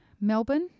Melbourne